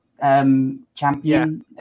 champion